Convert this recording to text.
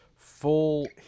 full